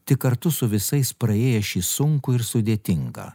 tik kartu su visais praėję šį sunkų ir sudėtingą